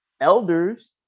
elders